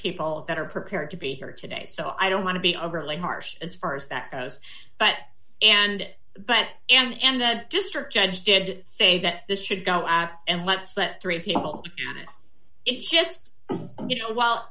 people that are prepared to be here today so i don't want to be overly harsh as far as that goes but and that and that district judge did say that this should go out and let's let three people it's just you know